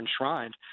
enshrined